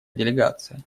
делегация